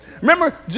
remember